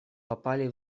попали